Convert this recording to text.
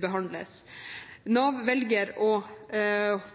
behandles. Nav velger å